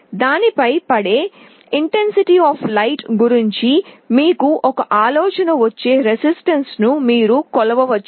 దానిపై పడే కాంతి తీవ్రత గురించి మీకు ఒక ఆలోచన ఇచ్చే ప్రతిఘటనను మీరు కొలవవచ్చు